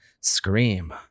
Scream